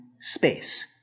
space